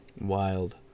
Wild